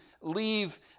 leave